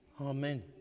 amen